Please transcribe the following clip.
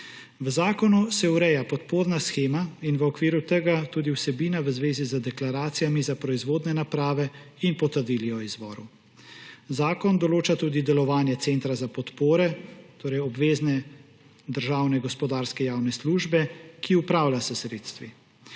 V zakonu se ureja podporna shema in v okviru tega tudi vsebina v zvezi z deklaracijami za proizvodne naprave in potrdili o izvoru. Zakon določa tudi delovanje centra za podpore, torej obvezne državne gospodarske javne službe, ki upravlja s sredstvi.